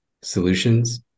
solutions